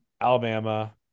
Alabama